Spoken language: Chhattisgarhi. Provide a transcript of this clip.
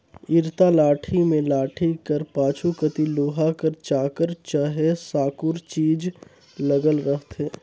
इरता लाठी मे लाठी कर पाछू कती लोहा कर चाकर चहे साकुर चीज लगल रहथे